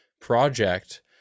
project